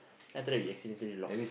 then after we accidentally lock